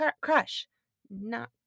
crush—not